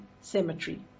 cemetery